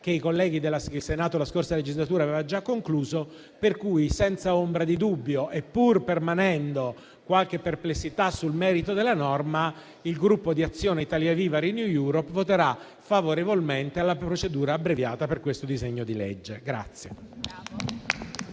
che il Senato nella scorsa legislatura aveva già concluso. Pertanto, senza ombra di dubbio e pur permanendo qualche perplessità sul merito della norma, il Gruppo Azione-ItaliaViva-RenewEurope voterà favorevolmente alla procedura abbreviata per questo disegno di legge.